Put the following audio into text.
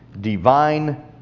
divine